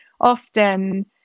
often